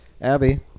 Abby